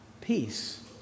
peace